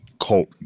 cult